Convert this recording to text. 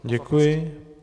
Děkuji.